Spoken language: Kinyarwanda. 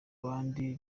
abandi